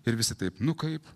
ir visi taip nu kaip